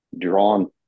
Drawn